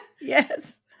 Yes